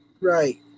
Right